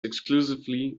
exclusively